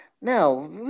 Now